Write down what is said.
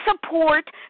support